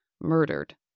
murdered